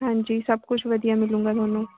ਹਾਂਜੀ ਸਭ ਕੁਛ ਵਧੀਆ ਮਿਲੂਗਾ ਤੁਹਾਨੂੰ